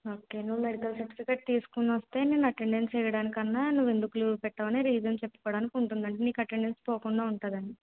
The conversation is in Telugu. ఓకే నువ్వు మెడికల్ సర్టిఫికెట్ తీసుకుని వస్తే నేను అటెండెన్స్ వేయడానికి కన్నా నువ్వు ఎందుకు లీవ్ పెట్టావు అని రీసన్ చెప్పుకోడానికి ఉంటుంది అని నీకు అటెండన్స్ పోకుండా ఉంటుంది అని